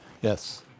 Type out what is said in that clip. yes